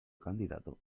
candidato